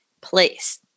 place